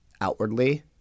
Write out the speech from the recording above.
outwardly